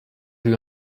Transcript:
you